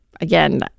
again